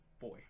boy